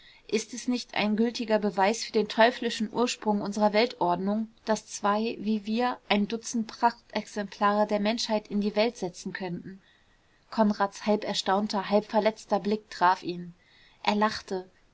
ist es nicht ein gültiger beweis für den teuflischen ursprung unserer weltordnung daß zwei wie wir ein dutzend prachtexemplare der menschheit in die welt setzen könnten konrads halb erstaunter halb verletzter blick traf ihn er lachte